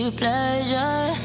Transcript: pleasure